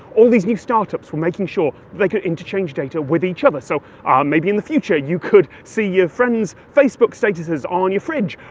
all these new startups were making sure they could interchange data with each other, so maybe in the future, you could see your friends' facebook statuses on your fridge!